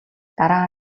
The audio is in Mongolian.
дараа